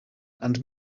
and